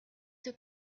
two